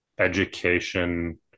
education